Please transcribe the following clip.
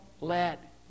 let